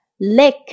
lick